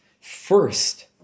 First